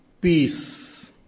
peace